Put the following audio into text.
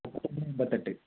എമ്പത്തൊന്ന് എമ്പത്തെട്ട്